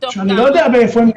כשאני לא יודע את המיקום.